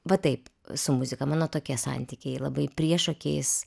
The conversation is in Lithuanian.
va taip su muzika mano tokie santykiai labai priešokiais